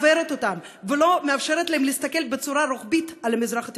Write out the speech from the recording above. מעוורת אותם ולא מאפשרת להם להסתכל בצורה רוחבית על המזרח התיכון.